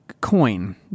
coin